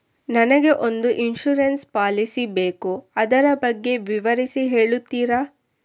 ನನಗೆ ಒಂದು insurance policy ಬೇಕು ಅದರ ಬಗ್ಗೆ ವಿವರಿಸಿ ಹೇಳುತ್ತೀರಾ?